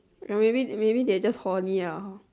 ya maybe maybe they're just horny ah